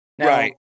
Right